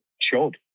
showed